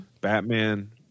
Batman